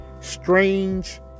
strange